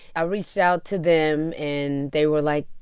i reached out to them, and they were like,